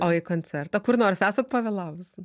o į koncertą kur nors esat pavėlavusi